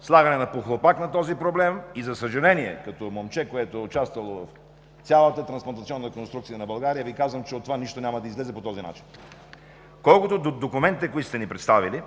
слагане на похлупак на този проблем и, за съжаление, като момче, което е участвало в цялата трансплантационна конструкция на България, Ви казвам, че от това нищо няма да излезе по този начин. Колкото до документите, които сте ни представили,